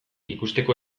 ikusteko